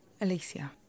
Alicia